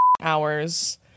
hours